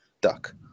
Duck